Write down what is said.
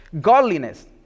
godliness